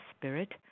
spirit